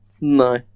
no